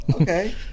Okay